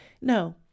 No